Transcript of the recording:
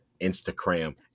instagram